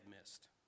missed